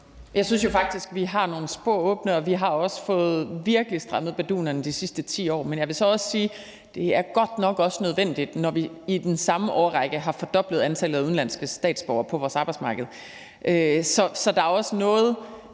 jo faktisk, at vi har nogle spor, der er åbne, og vi har også virkelig fået strammet bardunerne de sidste 10 år. Men jeg vil også sige, at det godt nok også er nødvendigt, når vi i den samme årrække har fordoblet antallet af udenlandske statsborgere på vores arbejdsmarked. Så der er også nogle